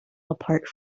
apart